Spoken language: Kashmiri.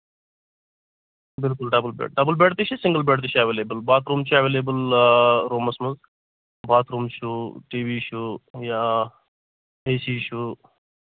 بِلکُل ڈَبٕل بیٚڑ ڈَبٕل بیٚڑ تہِ چھُ سِنگٕل بیٚڑ تہِ چھُ ایٚولیبٕل باتھ روٗم چھُ ایٚولیبٕل روٗمَس منٛز باتھروٗم چھُ ٹی وی چھُ یا اے سی چھُ